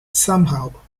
somehow